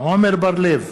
עמר בר-לב,